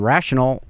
Rational